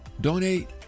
donate